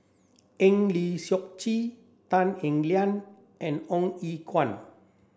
Eng Lee Seok Chee Tan Eng Liang and Ong Ye Kung